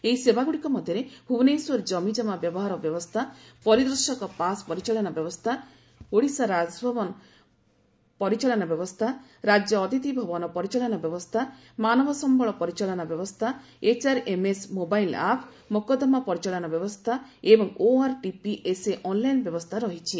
ଏହି ସେବାଗୁଡ଼ିକ ମଧ୍ୟରେ ଭୁବନେଶ୍ୱର ଜମିଜମା ବ୍ୟବହାର ବ୍ୟବସ୍ଥା ପରିଦର୍ଶକ ପାସ୍ ପରିଚାଳନା ବ୍ୟବସ୍ଥା ଓଡ଼ିଶା ଭବନ ପରିଚାଳନା ବ୍ୟବସ୍ଥା ରାଜ୍ୟ ଅତିଥି ଭବନ ପରିଚାଳନା ବ୍ୟବସ୍ଥା ମାନବ ସମ୍ଭଳ ପରିଚାଳନା ବ୍ୟବସ୍ଥା ଏଚ୍ଆର୍ଏମ୍ଏସ୍ ମୋବାଇଲ୍ ଆପ୍ ମୋକଦ୍ଦମା ପରିଚାଳନା ବ୍ୟବସ୍ଥା ଏବଂ ଓଆର୍ଟିପିଏସ୍ଏ ଅନ୍ଲାଇନ ବ୍ୟବସ୍ଥା ରହିଛି